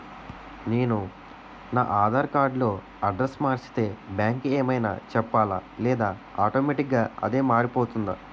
నేను నా ఆధార్ కార్డ్ లో అడ్రెస్స్ మార్చితే బ్యాంక్ కి ఏమైనా చెప్పాలా లేదా ఆటోమేటిక్గా అదే మారిపోతుందా?